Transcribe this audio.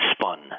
spun